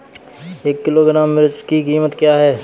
एक किलोग्राम मिर्च की कीमत क्या है?